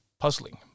puzzling